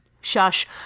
Shush